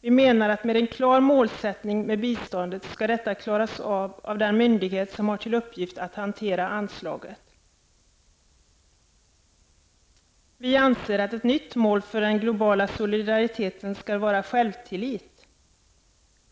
Vi menar att med en klar målsättning med biståndet skall detta klaras av den myndighet som har till uppgift att hantera anslaget. Vi anser att ett nytt mål för den globala solidariteten skall vara självtillit.